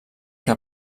que